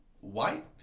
white